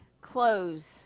close